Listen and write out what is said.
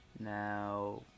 Now